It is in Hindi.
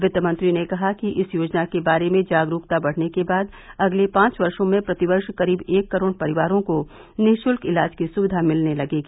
वित्त मंत्री ने कहा कि इस योजना के बारे में जागरूकता बढ़ने के बाद अगले पांच वर्षो में प्रतिवर्ष करीब एक करोड़ परिवारों को निःशुल्क इलाज की स्विधा मिलने लगेगी